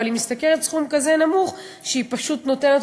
אבל היא משתכרת סכום כזה נמוך שהיא פשוט נותנת